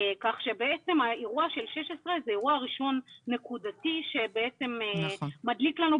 כך שהאירוע של ה-16 זה אירוע ראשון נקודתי --- שם מתחיל הגל.